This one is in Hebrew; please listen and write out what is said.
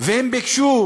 והם ביקשו